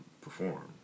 perform